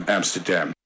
Amsterdam